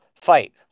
fight